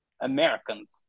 Americans